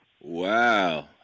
Wow